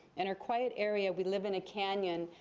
in our quiet area, we live in a canyon,